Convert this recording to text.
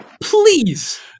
please